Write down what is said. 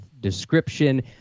description